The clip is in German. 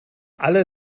alle